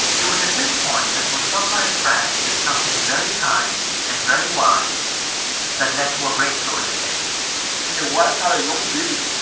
it was at this point that mosoka and frank did something very kind and very wise that led to a breakthrough in the case the ah wife had a young baby.